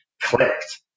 clicked